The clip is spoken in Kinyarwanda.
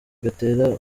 gatera